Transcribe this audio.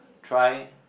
try